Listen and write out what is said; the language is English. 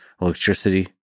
electricity